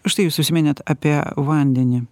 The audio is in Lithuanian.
štai jūs užsiminėt apie vandenį